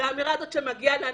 והאמירה הזאת שמגיע לנו